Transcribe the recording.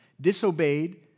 disobeyed